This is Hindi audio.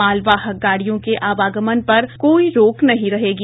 मालवाहक गाड़ियों के आवागमन पर कोई रोक नहीं रहेगी